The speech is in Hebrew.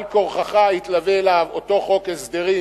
על כורחך יתלווה אליו אותו חוק הסדרים,